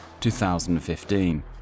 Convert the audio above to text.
2015